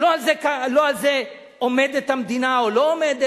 לא על זה עומדת המדינה או לא עומדת.